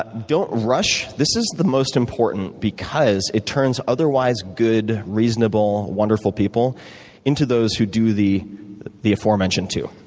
ah don't rush this is the most important because it turns otherwise good, reasonable, wonderful people into those who do the the aforementioned two.